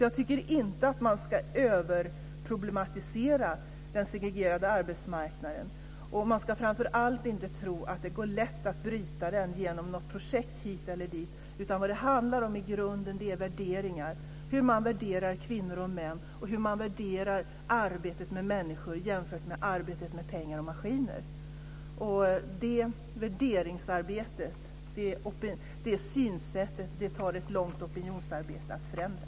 Jag tycker inte att man ska överproblematisera den segregerade arbetsmarknaden. Man ska framför allt inte tro att det går lätt att bryta den genom något projekt hit eller dit, utan vad det handlar om i grunden är värderingar; hur man värderar kvinnor och män och hur man värderar arbetet med människor jämfört med arbetet med pengar och maskiner. Detta värderingsarbete och detta synsätt kräver ett långt opinionsarbete för att förändra.